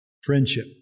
Friendship